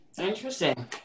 Interesting